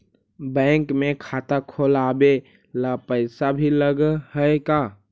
Bank में खाता खोलाबे ल पैसा भी लग है का?